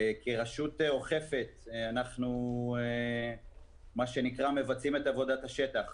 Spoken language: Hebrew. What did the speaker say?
כרשות אוכפת אנחנו מבצעים את עבודת השטח